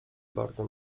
bardzo